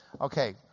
Okay